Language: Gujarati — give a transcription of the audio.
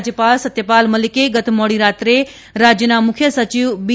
રાજ્યપાલ સત્યપાલ મલિકે ગત મોડી રાતે રાજ્યના મુખ્ય સચિવ બી